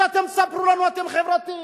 ואל תספרו לנו שאתם חברתיים.